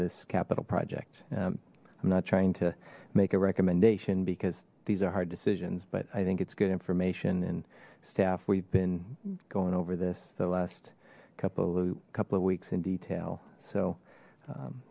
this capital project i'm not trying to make a recommendation because these are hard decisions but i think it's good information and staff we've been going over this the last couple of couple of weeks in detail so